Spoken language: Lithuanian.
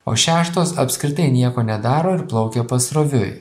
o šeštos apskritai nieko nedaro ir plaukia pasroviui